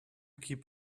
keep